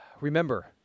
remember